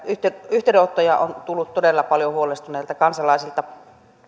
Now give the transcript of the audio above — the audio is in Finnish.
yhteydenottoja on tullut todella paljon huolestuneilta kansalaisilta